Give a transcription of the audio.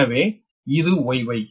எனவே இது Y Y